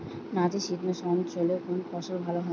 নাতিশীতোষ্ণ অঞ্চলে কোন ফসল ভালো হয়?